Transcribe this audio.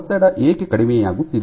ಒತ್ತಡ ಏಕೆ ಕಡಿಮೆಯಾಗುತ್ತಿದೆ